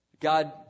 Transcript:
God